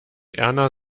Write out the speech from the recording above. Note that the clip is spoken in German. erna